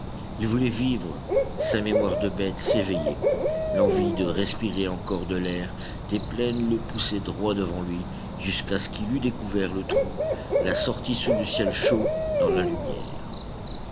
il voulait vivre sa mémoire de bête s'éveillait l'envie de respirer encore l'air des plaines le poussait droit devant lui jusqu'à ce qu'il eût découvert le trou la sortie sous le ciel chaud dans la lumière